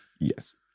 Yes